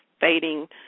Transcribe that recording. fading